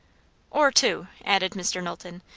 or two, added mr. knowlton,